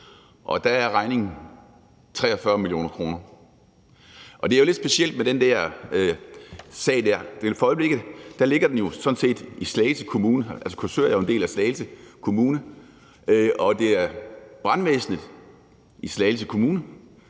og der er regningen på 43 mio. kr. Det er jo lidt specielt med den der sag. I øjeblikket ligger den jo sådan set i Slagelse Kommune – altså, Korsør er jo en del af Slagelse Kommune – og det er brandvæsenet i Slagelse Kommune,